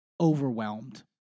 overwhelmed